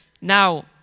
Now